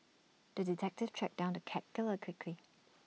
the detective tracked down the cat killer quickly